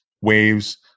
waves